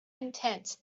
intense